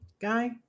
guy